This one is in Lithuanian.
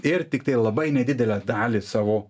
ir tiktai labai nedidelę dalį savo